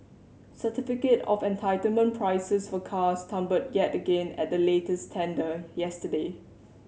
certificate of entitlement prices for cars tumbled yet again at the latest tender yesterday